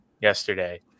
yesterday